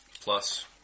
Plus